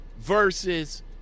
versus